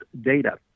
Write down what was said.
data